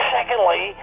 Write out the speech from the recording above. Secondly